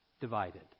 divided